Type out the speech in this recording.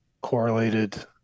correlated